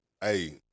Hey